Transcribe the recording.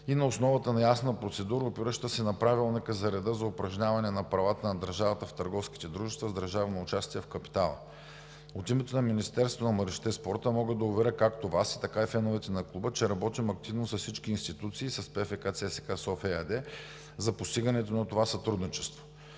и на основата на ясна процедура, опираща се на Правилника за реда за упражняване на правата на държавата в търговските дружества с държавно участие в капитала. От името на Министерството на младежта и спорта мога да уверя както Вас, така и феновете на клуба, че работим активно с всички институции, с ПФК ЦСКА – София ЕАД, за постигането на това сътрудничество.